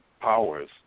powers